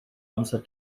amser